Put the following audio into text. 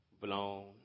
blown